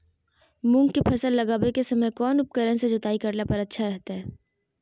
मूंग के फसल लगावे के समय कौन उपकरण से जुताई करला पर अच्छा रहतय?